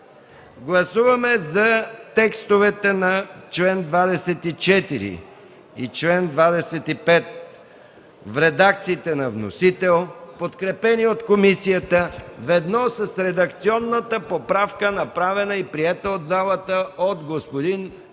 гласувайте текстовете на чл. 24 и 25 в редакциите на вносителя, подкрепени от комисията, ведно с редакционната поправка, направена и приета от залата, от господин